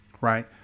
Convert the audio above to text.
Right